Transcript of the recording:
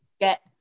get